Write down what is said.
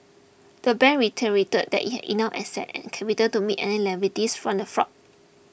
the bank reiterated that it had enough assets and capital to meet any liabilities from the fraud